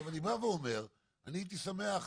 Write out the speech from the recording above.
אני בא ואומר שהייתי שמח